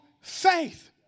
faith